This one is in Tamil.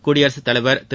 குடியரசுத் தலைவர் திரு